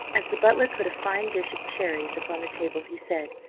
as the butler put a fine dish of cherries upon the table, he said,